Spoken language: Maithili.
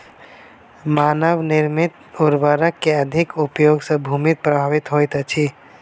मानव निर्मित उर्वरक के अधिक उपयोग सॅ भूमि प्रभावित होइत अछि